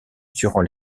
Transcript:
durant